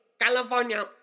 California